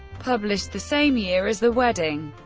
published the same year as the wedding.